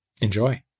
enjoy